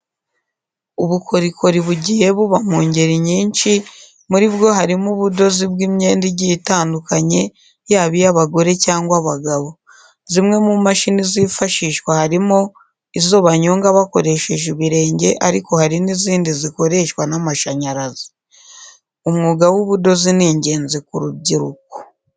Ubukorikori bugiye buba mu ngeri nyinshi, muri bwo harimo ubudozi bw'imyenda igiye itandukanye yaba iy'abagore cyangwa abagabo. Zimwe mu mashini zifashishwa harimo izo banyonga bakoresheje ibirenge ariko hari n'izindi zikoreshwa n'amashanyarazi. Umwuga w'ubudozi ni ingenzi ku rubyiruko.